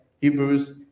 Hebrews